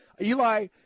Eli